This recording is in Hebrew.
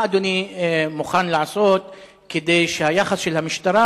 מה אדוני מוכן לעשות כדי שהיחס של המשטרה